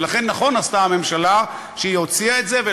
ולכן נכון עשתה הממשלה שהוציאה את זה,